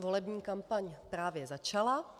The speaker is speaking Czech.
Volební kampaň právě začala.